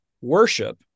worship